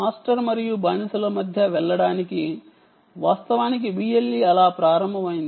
master మరియు slave ల వంటిది కాదు వాస్తవానికి BLE అలా ప్రారంభమైంది